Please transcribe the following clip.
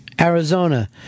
Arizona